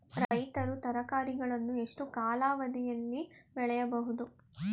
ರೈತರು ತರಕಾರಿಗಳನ್ನು ಎಷ್ಟು ಕಾಲಾವಧಿಯಲ್ಲಿ ಬೆಳೆಯಬಹುದು?